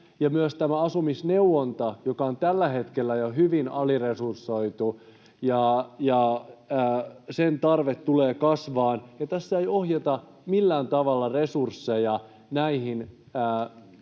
myös tämän asumisneuvonnan, joka on jo tällä hetkellä hyvin aliresursoitu, tarve tulee kasvamaan, ja tässä ei ohjata millään tavalla resursseja näihin